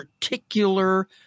particular